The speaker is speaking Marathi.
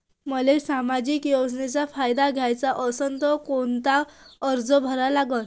मले सामाजिक योजनेचा फायदा घ्याचा असन त कोनता अर्ज करा लागन?